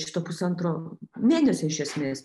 šito pusantro mėnesio iš esmės